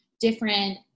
different